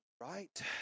right